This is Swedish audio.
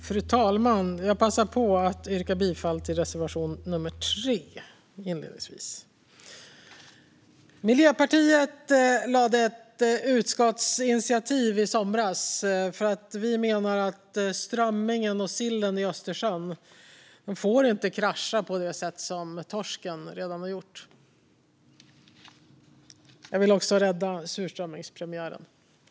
Fru talman! Jag vill inledningsvis yrka bifall till reservation 3. Miljöpartiet föreslog ett utskottsinitiativ i somras. Vi menar att strömmingen och sillen i Östersjön inte får krascha på det sätt som torsken redan har gjort. Jag vill också rädda surströmmingspremiären!